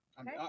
Okay